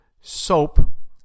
soap